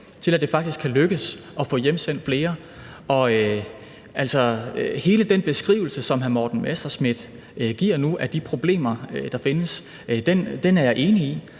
til, at det faktisk kan lykkes at få hjemsendt flere. Hele den beskrivelse, som hr. Morten Messerschmidt giver af de problemer, der findes, er jeg enig i,